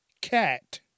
cat